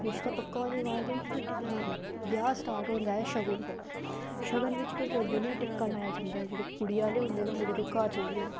रिशता पक्का होने बाद ब्याह स्टार्ट होंदा ऐ सगन कोला सगन बिच थोह्डा केह् आखदे ना टिक्का लांदे न जेह्डे़ कुड़ी आह्ले होंदे न ओह् मुडे़ दे घर जंदे न